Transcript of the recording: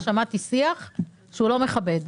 שמעתי שיח שהוא לא מכבד.